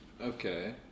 Okay